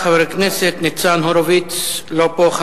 חבר הכנסת ניצן הורוביץ, לא פה.